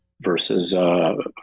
versus